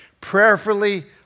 prayerfully